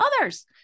others